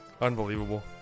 Unbelievable